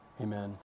amen